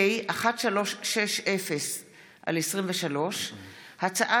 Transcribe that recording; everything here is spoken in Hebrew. פ/1360/23 וכלה